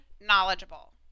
knowledgeable